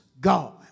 God